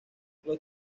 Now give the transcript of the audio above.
los